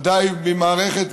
ודאי ממערכת